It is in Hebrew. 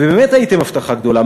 ובאמת הייתם הבטחה מאוד גדולה.